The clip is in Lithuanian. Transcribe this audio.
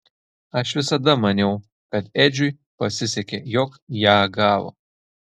aš visada maniau kad edžiui pasisekė jog ją gavo